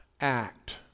act